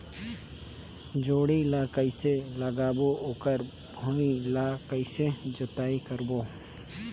जोणी ला कइसे लगाबो ओकर भुईं ला कइसे जोताई करबो?